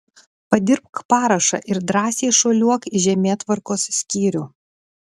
padirbk parašą ir drąsiai šuoliuok į žemėtvarkos skyrių